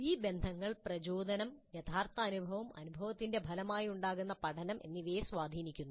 ഈ ബന്ധങ്ങൾ പ്രചോദനം യഥാർത്ഥ അനുഭവം അനുഭവത്തിന്റെ ഫലമായുണ്ടാകുന്ന പഠനം എന്നിവയെ സ്വാധീനിക്കുന്നു